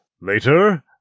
Later